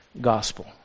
gospel